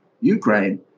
Ukraine